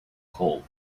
cold